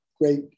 great